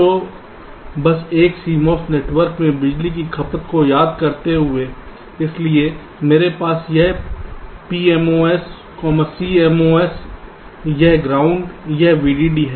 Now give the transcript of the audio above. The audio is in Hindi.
तो बस एक CMOS नेटवर्क में बिजली की खपत को याद करते हुए इसलिए मेरे पास यह PMOS CMOS यह ग्राउंड यह VDD है